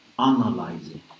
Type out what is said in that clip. analyzing